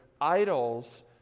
idols